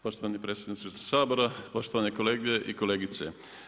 Poštovani predsjedniče Sabora, poštovane kolege i kolegice.